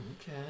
Okay